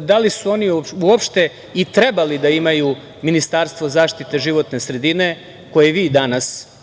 da li su oni uopšte i trebali da imaju Ministarstvo zaštite životne sredine, koje vi danas vodite,